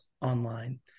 online